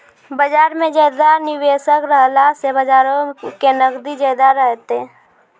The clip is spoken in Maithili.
बजार मे ज्यादा निबेशक रहला से बजारो के नगदी ज्यादा रहतै